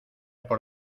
por